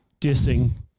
Dissing